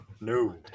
No